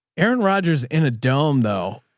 aaron rogers in a dome though.